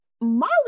Molly